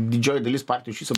didžioji dalis partijų iš viso